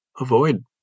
Avoid